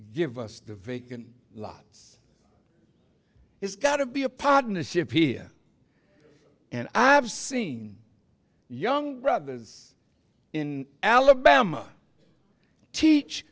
give us the vacant lots it's got to be a partnership here and i've seen young brothers in alabama teach